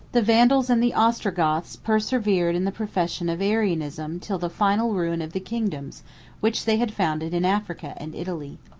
the vandals and the ostrogoths persevered in the profession of arianism till the final ruin of the kingdoms which they had founded in africa and italy.